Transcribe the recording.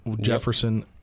Jefferson